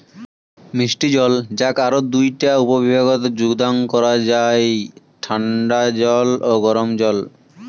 মিষ্টি জল যাক আরও দুইটা উপবিভাগত যুদা করাং যাই ঠান্ডা জল ও গরম জল